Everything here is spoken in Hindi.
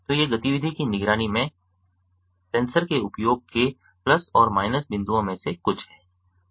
तो ये गतिविधि की निगरानी में सेंसर के उपयोग के प्लस और माइनस बिंदुओं में से कुछ हैं